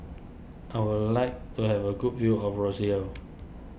I would like to have a good view of Roseau